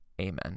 amen